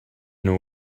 know